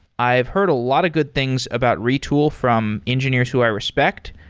i've heard a lot of good things about retool from engineers who i respect.